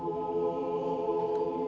or